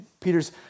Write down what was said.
Peter's